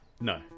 No